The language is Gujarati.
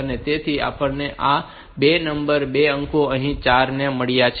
તેથી આપણને આ 2 નંબર 2 અંકો અહીં 4 અને 2 મળ્યા છે